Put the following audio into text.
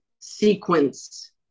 sequence